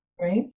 Right